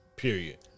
Period